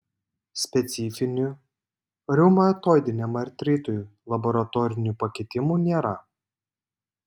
specifinių reumatoidiniam artritui laboratorinių pakitimų nėra